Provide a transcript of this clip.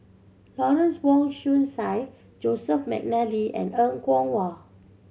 Lawrence Wong Shyun Tsai Joseph McNally and Er Kwong Wah